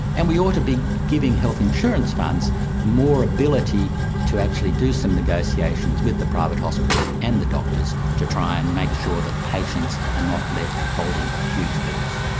and we ought to be giving health insurance funds more ability to actually do some negotiations with the private hospitals and the doctors to try and make sure that patients are and not left holding huge bills.